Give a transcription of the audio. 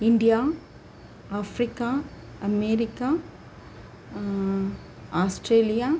India Africa America Australia